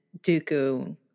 Dooku